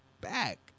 back